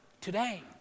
today